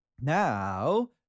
Now